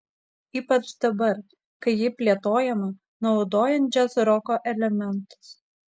ypač dabar kai ji plėtojama naudojant džiazroko elementus